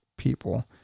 people